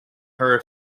her